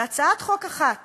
בהצעת חוק אחת